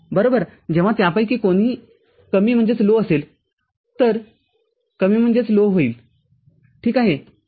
जेव्हा त्यापैकी कोणी कमी असेल तर कमी होईल ठीक आहे